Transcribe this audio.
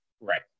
Right